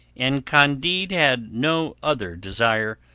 and candide had no other desire,